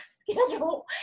schedule